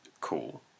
cool